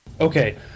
Okay